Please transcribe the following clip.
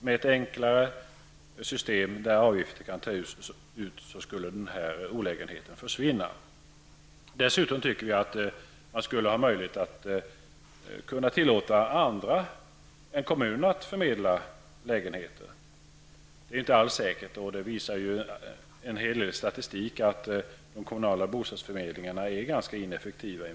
Med ett enklare system inom vilket avgifter tas ut skulle dessa olägenheter försvinna. Vi tycker dessutom att även andra än kommunerna skall ges möjlighet att förmedla lägenheter. En hel del statistik visar att de kommunala bostadsförmedlingarna i många fall är ganska ineffektiva.